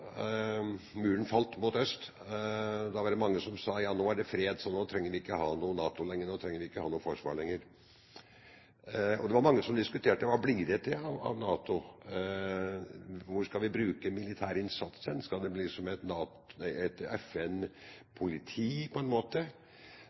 Muren mot øst falt. Da var det mange som sa: Nå er det fred, nå trenger vi ikke ha noe NATO lenger, vi trenger ikke noe forsvar lenger. Det var mange som diskuterte: Hva blir det av NATO? Hvor skal vi bruke militær innsats? Skal det bli som et